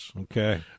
Okay